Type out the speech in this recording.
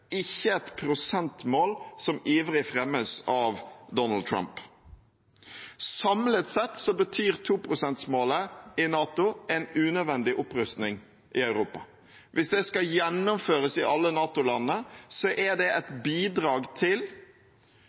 ikke et prosentmål som ivrig fremmes av Donald Trump. Samlet sett betyr 2-prosentmålet i NATO en unødvendig opprustning i Europa. Hvis det skal gjennomføres i alle NATO-landene, er det et bidrag til